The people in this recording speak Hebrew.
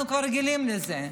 אנחנו כבר רגילים לזה.